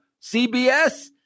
CBS